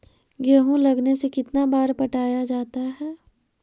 गेहूं लगने से कितना बार पटाया जाता है?